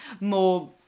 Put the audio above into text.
more